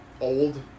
Old